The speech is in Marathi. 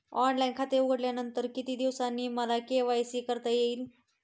ऑनलाईन खाते उघडल्यानंतर किती दिवसांनी मला के.वाय.सी करता येईल?